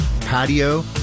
patio